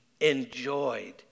enjoyed